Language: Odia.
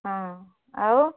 ହଁ ଆଉ